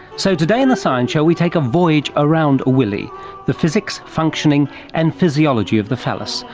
so today in the science show we take a voyage around a willy the physics, functioning and physiology of the phallus.